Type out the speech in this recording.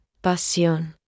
pasión